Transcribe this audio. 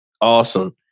Awesome